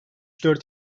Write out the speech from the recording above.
dört